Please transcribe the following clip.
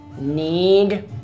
Need